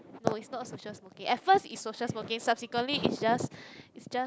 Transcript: no it's not social smoking at first it's social smoking subsequently it's just it's just